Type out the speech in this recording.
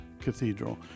Cathedral